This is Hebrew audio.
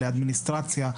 לאדמיניסטרציה.